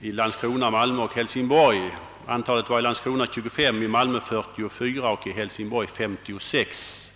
i Landskrona, Malmö och Hälsingborg visar att antalet var i Landskrona 25, i Malmö 44 och i Hälsingborg 56.